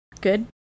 good